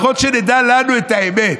לפחות שנדע אנחנו את האמת,